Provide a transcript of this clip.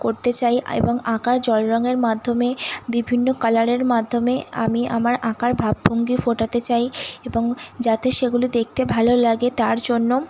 করতে চাই এবং আঁকা জল রঙের মাধ্যমে বিভিন্ন কালারের মাধ্যমে আমি আমার আঁকার ভাব ভঙ্গী ফোটাতে চাই এবং যাতে সেগুলি দেখতে ভালো লাগে তার জন্য